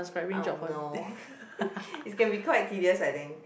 oh no it can be quite tedious I think